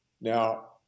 Now